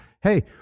hey